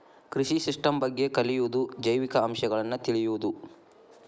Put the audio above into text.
ಕೃಷಿ ಸಿಸ್ಟಮ್ ಬಗ್ಗೆ ಕಲಿಯುದು ಜೈವಿಕ ಅಂಶಗಳನ್ನ ತಿಳಿಯುದು